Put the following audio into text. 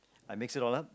I mix it all up